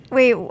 Wait